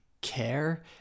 care